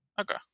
Okay